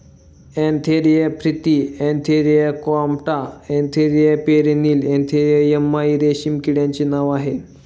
Antheraea frithi Antheraea compta Antheraea pernyi Antheraea yamamai रेशीम किड्याचे नाव आहे